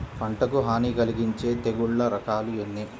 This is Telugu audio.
పంటకు హాని కలిగించే తెగుళ్ళ రకాలు ఎన్ని?